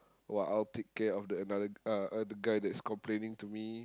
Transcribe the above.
while I'll take care of the another uh the guy that is complaining to me